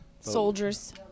Soldiers